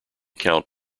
count